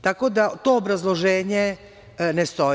Tako da, to obrazloženje ne stoji.